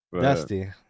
dusty